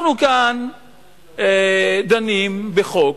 אנחנו כאן דנים בחוק